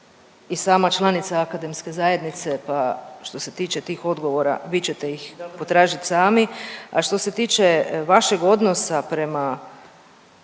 i sama članica akademske zajednice pa što se tiče tih odgovora vi ćete ih potražiti sami, a što se tiče vašeg odnosa prema